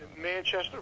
Manchester